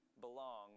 belong